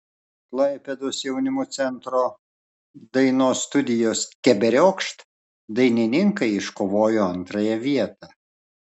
klaipėdos jaunimo centro dainos studijos keberiokšt dainininkai iškovojo antrąją vietą